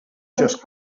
just